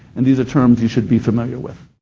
and these are terms you should be familiar with.